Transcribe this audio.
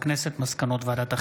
מסקנות ועדת החינוך,